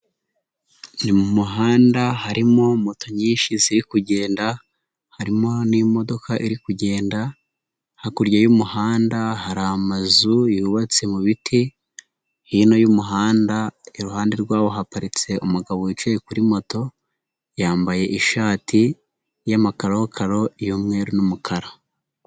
Ni mu muhanda harimo moto nyinshi ziri kugenda, harimo n'imodoka iri kugenda, hakurya y'umuhanda hari amazu yubatse mu biti, hino y'umuhanda iruhande rwaho haparitse umugabo wicaye kuri moto, yambaye ishati y'amakarokaro y'umweru n'umukara.